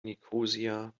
nikosia